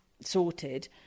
sorted